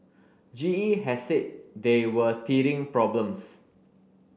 G E has said they were teething problems